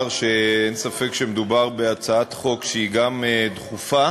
שאין ספק שמדובר בהצעת חוק שהיא גם דחופה